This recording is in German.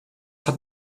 hat